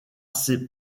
ses